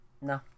No